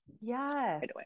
Yes